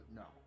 no